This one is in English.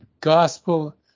gospel